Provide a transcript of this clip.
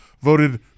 voted